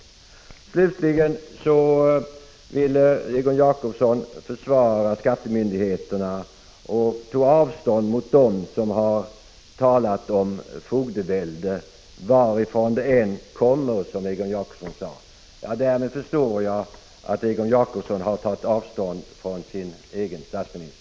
Slutligen ville Egon Jacobsson försvara skattemyndigheterna och tog avstånd från dem som har talat om fogdevälde — varifrån de än kommer, som Egon Jacobsson sade. Därmed förstår jag att Egon Jacobsson har tagit avstånd från sin egen statsminister.